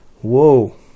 Whoa